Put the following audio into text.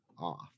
off